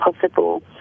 possible